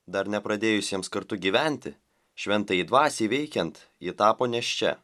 dar nepradėjusiems kartu gyventi šventajai dvasiai veikiant ji tapo nėščia